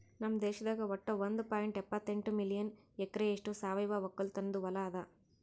ನಮ್ ದೇಶದಾಗ್ ವಟ್ಟ ಒಂದ್ ಪಾಯಿಂಟ್ ಎಪ್ಪತ್ತೆಂಟು ಮಿಲಿಯನ್ ಎಕರೆಯಷ್ಟು ಸಾವಯವ ಒಕ್ಕಲತನದು ಹೊಲಾ ಅದ